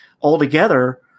altogether